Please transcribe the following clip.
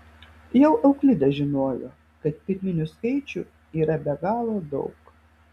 jau euklidas žinojo kad pirminių skaičių yra be galo daug